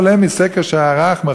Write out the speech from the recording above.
היום הזדעזעתי לקרוא סקר שהתפרסם היום,